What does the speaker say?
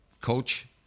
coach